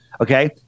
Okay